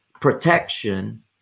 protection